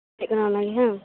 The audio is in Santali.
ᱪᱮᱫᱠᱟᱱᱟ ᱚᱱᱟᱜᱮ ᱦᱟᱸ